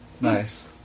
Nice